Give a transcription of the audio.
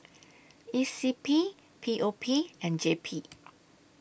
E C P P O P and J P